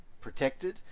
protected